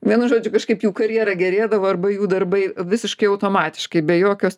vienu žodžiu kažkaip jų karjera gerėdavo arba jų darbai visiškai automatiškai be jokios